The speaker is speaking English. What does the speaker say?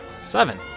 Seven